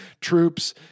troops